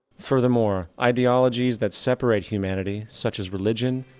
furthermore, ideologies that separate humanity, such as religion,